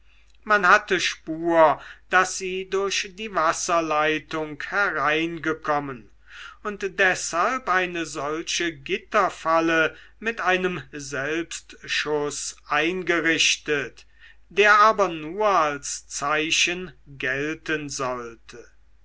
man hatte spur daß sie durch die wasserleitung hereingekommen und deshalb eine solche gitterfalle mit einem selbstschuß eingerichtet der aber nur als zeichen gelten sollte